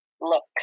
look